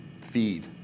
feed